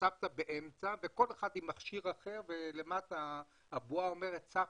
הסבתא באמצע וכל אחד עם מכשיר אחר ולמטה הבועה אומרת: סבתא,